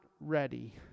ready